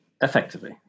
Effectively